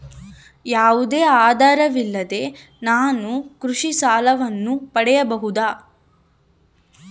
ಯಾವುದೇ ಆಧಾರವಿಲ್ಲದೆ ನಾನು ಕೃಷಿ ಸಾಲವನ್ನು ಪಡೆಯಬಹುದಾ?